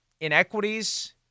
inequities